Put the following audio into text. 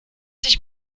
sich